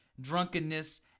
drunkenness